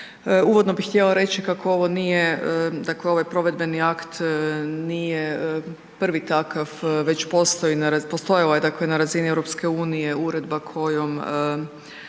Uvodno bih htjela reći kako ovo nije, dakle ovo je provedbeni akt, nije prvi takav, već postoji, postojala je dakle na razini EU uredba kojom